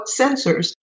sensors